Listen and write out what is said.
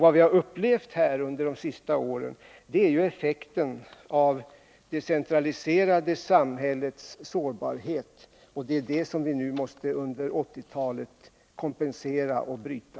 Vad vi har upplevt här under de senaste åren är ju effekten av det centraliserade samhällets sårbarhet, och det är den som vi nu under 1980-talet måste kompensera och bryta.